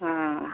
हाँ